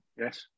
yes